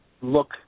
look